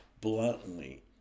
bluntly